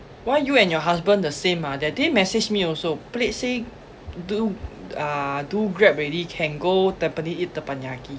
why you and your husband the same ah that day message me also blake say do uh do grab already can go tampines eat teppanyaki